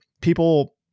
people